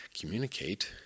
communicate